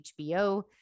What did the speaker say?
HBO